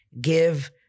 give